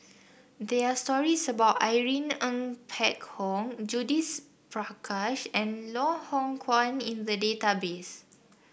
there are stories about Irene Ng Phek Hoong Judith Prakash and Loh Hoong Kwan in the database